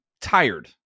tired